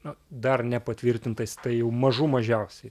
na dar nepatvirtintais tai jau mažų mažiausiai